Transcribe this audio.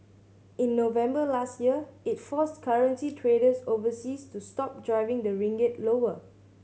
in November last year it forced currency traders overseas to stop driving the ringgit lower